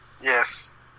Yes